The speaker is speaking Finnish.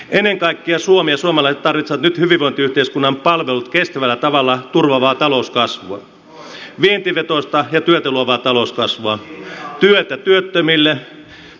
ennen kaikkea suomi ja suomalaiset tarvitsevat nyt hyvinvointiyhteiskunnan palvelut kestävällä tavalla turvaavaa talouskasvua vientivetoista ja työtä luovaa talouskasvua työtä työttömille